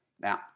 Now